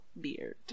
beard